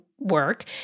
work